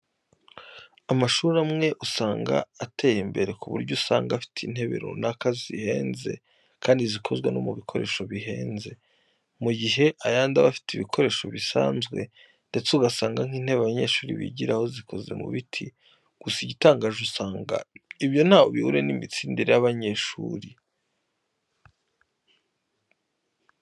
Amashuri amwe usanga ateye imbere ku buryo usanga afite intebe runaka zihenze kandi zikozwe no mu bikoresho bihenze, mu gihe ayandi aba afite ibikoresho bisanzwe ndetse ugasanga nk'intebe abanyeshuri bigiraho zikozwe mu biti. Gusa igitangaje usanga ibyo ntaho bihuriye n'imitsindire y'abanyeshuri.